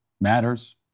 matters